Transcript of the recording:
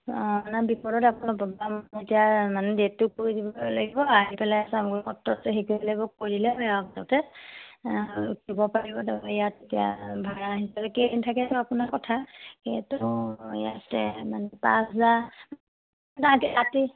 অঁ বিপদত আপোনাৰ এতিয়া মানে ডেটটো কৰি দিব লাগিব আহি পেলাই লাগিব কৰিলে তাতে দিব পাৰিব তাৰ ইয়াত এতিয়া ভাড়া হিচাপে কেইদিন থাকে আপোনাৰ কথা সেইটো ইয়াতে মানে পাঁচ হাজাৰ ৰাতি